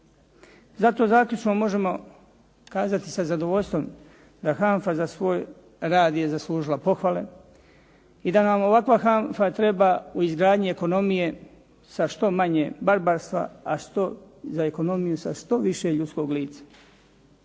Zato zaključno možemo kazati sa zadovoljstvom da HANFA za svoj rad je zaslužila pohvale i da nam ovakva HANFA treba u izgradnji ekonomije sa što manje barbarstva, a za ekonomiju sa što više ljudskog lica.